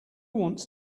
wants